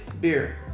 beer